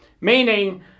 Meaning